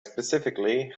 specifically